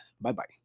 bye-bye